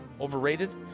overrated